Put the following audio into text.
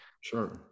sure